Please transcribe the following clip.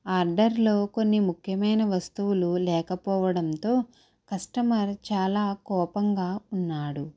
ఆర్డర్లో కొన్ని ముఖ్యమైన వస్తువులు లేకపోవడంతో కష్టమర్ చాలా కోపంగా ఉన్నాడు